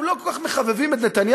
אנחנו לא כל כך מחבבים את נתניהו,